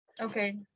okay